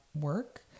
work